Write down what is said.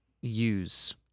use